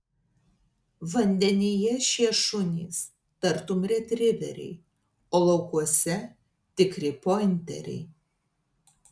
vandenyje šie šunys tartum retriveriai o laukuose tikri pointeriai